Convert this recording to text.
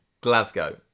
Glasgow